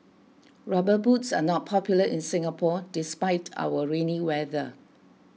rubber boots are not popular in Singapore despite our rainy weather